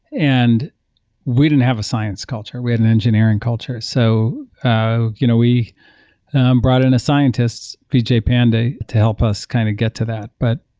and we didn't have a science culture. we had an engineering culture so ah you know we brought in a scientist, vijay pande to to help us kind of get to that but.